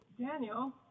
Daniel